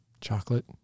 chocolate